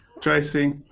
Tracy